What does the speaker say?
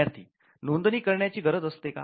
विद्यार्थी नोंदणी करण्याची गरज असते का